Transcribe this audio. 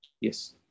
yes